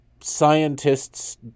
scientists